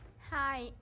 Hi